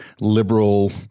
liberal